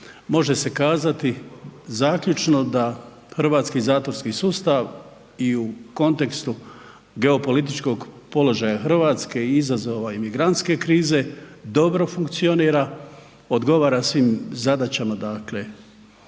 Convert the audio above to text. može se kazati zaključno da hrvatski zatvorski sustav i u kontekstu geopolitičkog položaja RH i izazova imigrantske krize dobro funkcionira, odgovara svim zadaćama dakle